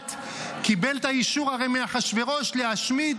כמעט קיבל את האישור מאחשוורוש להשמיד,